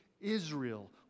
Israel